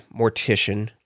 mortician